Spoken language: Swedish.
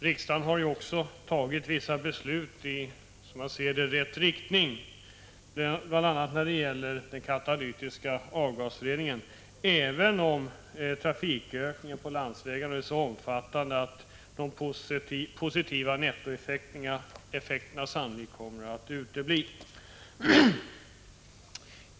Riksdagen har också fattat vissa beslut i rätt riktning, bl.a. om katalytisk avgasrening, även om trafikökningen på landvägarna är så omfattande att det sannolikt inte kommer att bli någon positiv nettoeffekt härav.